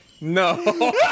No